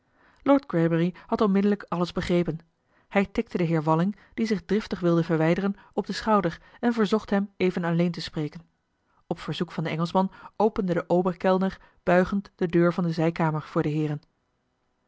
lord greybury had onmiddellijk alles begrepen hij tikte den heer walling die zich driftig wilde verwijderen op den schouder en verzocht hem even alleen te spreken op verzoek van den engelschman opende de oberkellner buigend de deur van de zijkamer voor de heeren